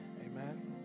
Amen